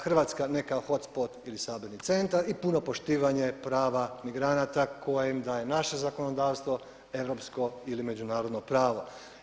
Hrvatska ne kao hotspot ili saborni centar i puno poštivanje prava migranata koje im daje naše zakonodavstvo, europsko ili međunarodno pravo.